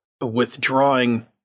withdrawing